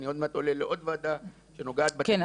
אני עוד מעט עולה לעוד ועדה שנוגעת בתקציבים --- כן,